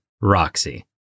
Roxy